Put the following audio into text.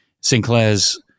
Sinclair's